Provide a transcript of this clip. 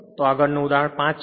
તો આગળનું ઉદાહરણ 5 છે